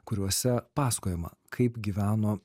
kuriuose pasakojama kaip gyveno